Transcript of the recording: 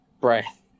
breath